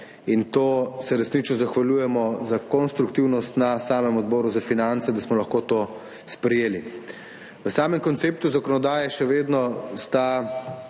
in to se resnično zahvaljujemo za konstruktivnost na samem Odboru za finance, da smo lahko to sprejeli. V samem konceptu zakonodaje še vedno sta